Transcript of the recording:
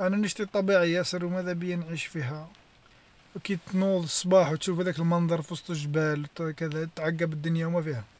انا نشتي الطبيعة ياسر وماذا بيا نعيش فيها، وكي تنوض الصباح وتشوف هذاك المنظر في وسط الجبال تكذا- تعقب الدنيا وما فيها.